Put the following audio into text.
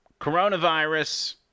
coronavirus